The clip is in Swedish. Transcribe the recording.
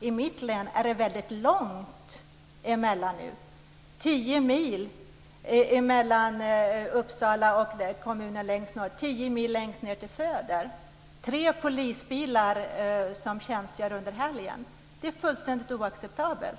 I mitt län är det väldigt långa avstånd. Det är tio mil från Uppsala till kommunen längst norrut och tio mil till kommunen längst söderut. Det är tre polisbilar som tjänstgör under helgen. Det är fullständigt oacceptabelt.